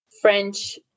French